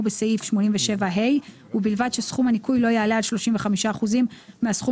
בסעיף 87ה ובלבד שסכום הניכוי לא יעלה על 35 אחוזים מהסכום